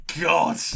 god